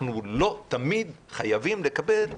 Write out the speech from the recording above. אנחנו לא תמיד חייבים לכבד הסכמות.